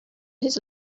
his